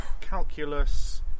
Calculus